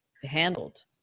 handled